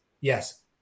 yes